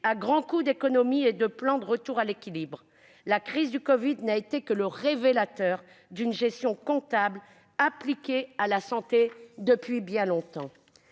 à grands coups d'économies et de plans de retour à l'équilibre ; la crise du covid n'a été que le révélateur d'une gestion comptable appliquée à la santé depuis bien longtemps.